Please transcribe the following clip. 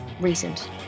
recent